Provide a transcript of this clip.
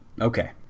okay